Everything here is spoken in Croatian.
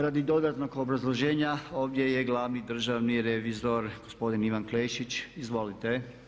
Radi dodatnog obrazloženja ovdje je Glavni državni revizor gospodin Ivan Klešić, izvolite.